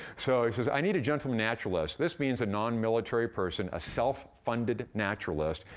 so he says, i need a gentleman naturalist. this means a non-military person, a self-funded naturalist,